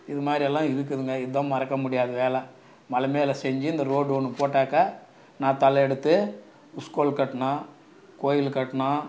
இதுமாதிரியெல்லாம் இருக்குதுங்க இதான் மறக்கமுடியாத வேலை மலை மேலே செஞ்சு இந்த ரோடு ஒன்று போட்டாக்கா நான் தலை எடுத்து ஸ்கூல் கட்டினோம் கோவில் கட்டினோம்